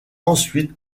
ensuite